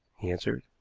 he answered.